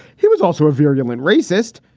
he was also a virulent racist.